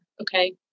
Okay